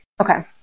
Okay